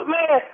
Man